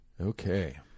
Okay